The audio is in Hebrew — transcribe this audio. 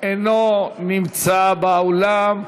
אינו נמצא באולם.